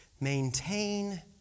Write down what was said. Maintain